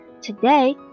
Today